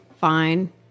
fine